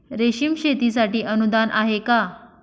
रेशीम शेतीसाठी अनुदान आहे का?